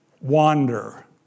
Wander